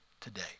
today